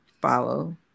follow